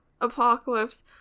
apocalypse